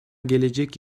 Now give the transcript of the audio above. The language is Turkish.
gelecek